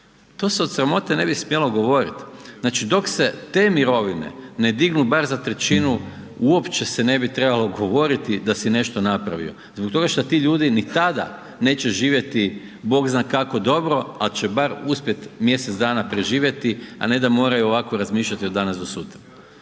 to se od sramote ne bi smjelo govorit. Znači dok se te mirovine ne dignu bar za trećinu uopće se ne bi trebalo govoriti da si nešto napravio zbog toga šta ti ljudi ni tada neće živjeti Bog zna kako dobro, al će bar uspjet mjesec dana preživjeti, a ne da moraju ovako razmišljati od danas do sutra